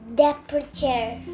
departure